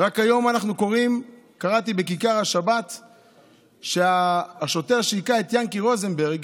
רק היום קראתי בכיכר השבת שהשוטר שהכה את יענקי רוזנברג,